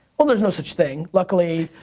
well there's no such thing. luckily,